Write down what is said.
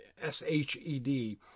S-H-E-D